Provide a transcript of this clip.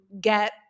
get